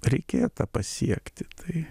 reikėjo tą pasiekti tai